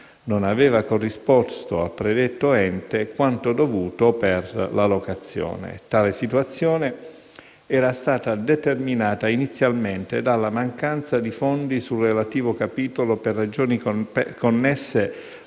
non aveva corrisposto al predetto ente quanto dovuto per la locazione. Tale situazione era stata determinata, inizialmente, dalla mancanza di fondi sul relativo capitolo per ragioni connesse